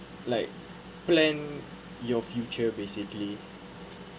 like plan your future basically